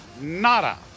Nada